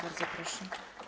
Bardzo proszę.